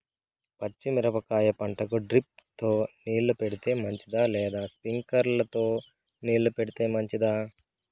పచ్చి మిరపకాయ పంటకు డ్రిప్ తో నీళ్లు పెడితే మంచిదా లేదా స్ప్రింక్లర్లు తో నీళ్లు పెడితే మంచిదా?